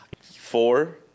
Four